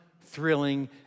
thrilling